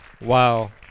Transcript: Wow